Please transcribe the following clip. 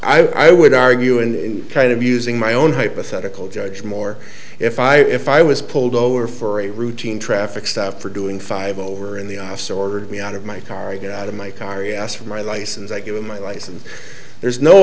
know i would argue in kind of using my own hypothetical judge moore if i if i was pulled over for a routine traffic stop for doing five over in the officer ordered me out of my car get out of my car he asked for my license i give him my license there's no